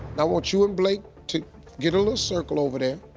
now i want you and blake to get a little circle over there.